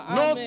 no